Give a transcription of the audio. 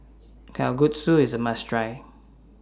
Kalguksu IS A must Try